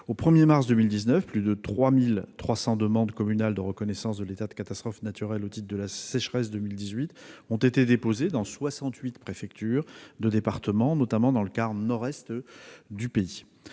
Au 1mars 2019, plus de 3 300 demandes communales de reconnaissance de l'état de catastrophe naturelle au titre de la sécheresse 2018 ont été déposées dans soixante-huit préfectures de département, notamment dans le quart nord-est du pays.